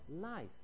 life